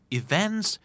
events